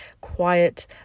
quiet